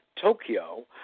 Tokyo